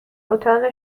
اتاق